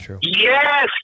Yes